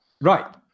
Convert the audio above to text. Right